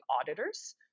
auditors